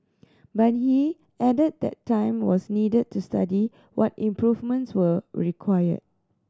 but he added that time was needed to study what improvements were required